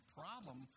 problem